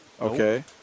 Okay